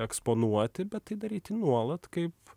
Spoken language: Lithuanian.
eksponuoti bet tai daryti nuolat kaip